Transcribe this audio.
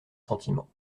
sentiments